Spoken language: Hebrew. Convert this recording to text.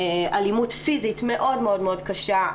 אלימות פיזית מאוד מאוד קשה,